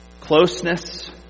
closeness